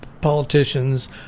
politicians